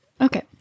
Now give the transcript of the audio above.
okay